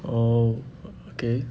oh okay